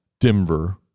Denver